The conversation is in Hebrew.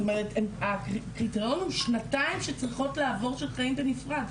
זאת אומרת הקריטריון הוא שנתיים שצריכות לעבור שהם חיים בנפרד,